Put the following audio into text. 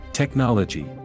Technology